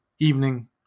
evening